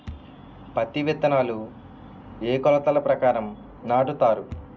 పత్తి విత్తనాలు ఏ ఏ కొలతల ప్రకారం నాటుతారు?